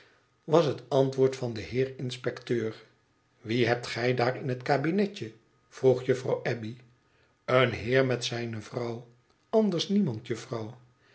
was het antwoord van den heer inspecteur f wie hebt gij daar in het kabinetje vroeg juffrouw abbey len heer met zijne vrouw anders niemand